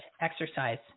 exercise